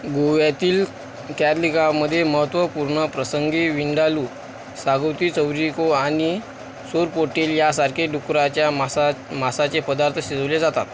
गोव्यातील कॅरलिगामधे महत्त्वपूर्ण प्रसंगी विंडालू सागुती चौरिको आणि सोरपोटेल यासारखे डुकराच्या मासा मांसाचे पदार्थ शिजवले जातात